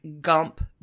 Gump